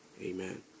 Amen